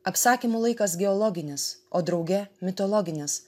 apsakymų laikas geologinis o drauge mitologinis